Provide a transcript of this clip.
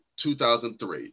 2003